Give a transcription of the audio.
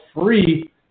free